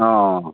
ꯑꯥ